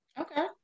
okay